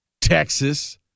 Texas